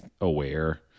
aware